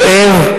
כואב,